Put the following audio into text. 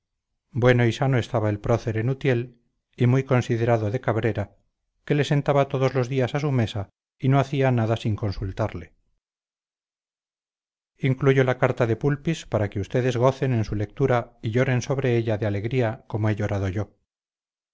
bueno y sano estaba el prócer en utiel y muy considerado de cabrera que le sentaba todos los días a su mesa y no hacía nada sin consultarle incluyo la carta de pulpis para que ustedes gocen en su lectura y lloren sobre ella de alegría como he llorado yo